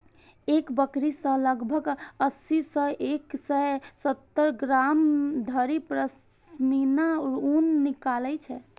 एक बकरी सं लगभग अस्सी सं एक सय सत्तर ग्राम धरि पश्मीना ऊन निकलै छै